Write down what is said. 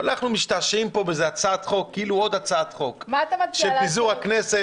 ואנחנו משתעשעים פה בהצעת חוק כאילו עוד הצעת חוק של פיזור הכנסת.